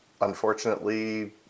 unfortunately